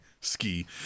Ski